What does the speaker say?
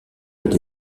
est